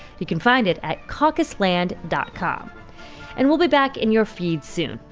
you can find it at caucusland dot com and we'll be back in your feed soon.